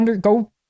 go